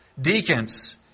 deacons